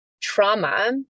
trauma